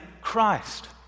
Christ